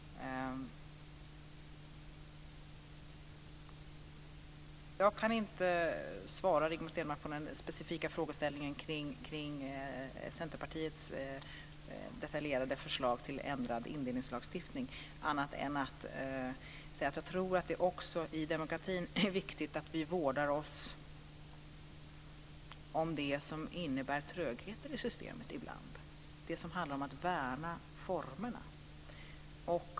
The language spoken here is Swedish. Jag kan inte svara Rigmor Stenmark på den specifika frågeställningen om Centerpartiets detaljerade förslag till ändrad indelningslagstiftning på annat sätt än att jag tror att det i demokratin också är viktigt att vi ibland vårdar oss om det som innebär trögheter i systemet, det som handlar om att värna formerna.